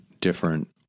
different